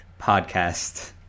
podcast